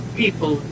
people